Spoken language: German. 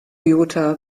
toyota